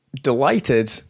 Delighted